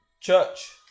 Church